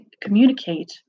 communicate